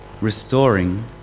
restoring